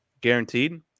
Guaranteed